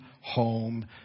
home